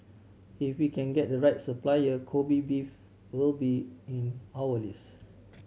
if we can get the right supplier Kobe beef will be in our list